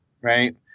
right